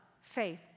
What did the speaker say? faith